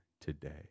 today